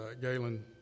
Galen